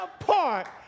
apart